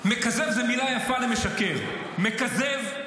מכזב זו מילה יפה למשקר, ומכזב,